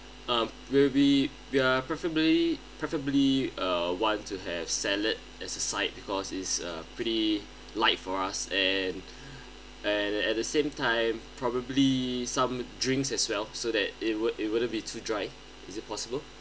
uh we'll be we are preferably preferably uh want to have salad as a side because it's uh pretty light for us and and at the same time probably some drinks as well so that it would it wouldn't be too dry is it possible